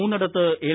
മൂന്നിടത്ത് L